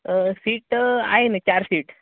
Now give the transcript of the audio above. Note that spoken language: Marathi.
सीट आहे ना चार सीट